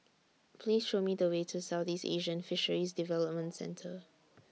Please Show Me The Way to Southeast Asian Fisheries Development Centre